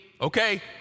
okay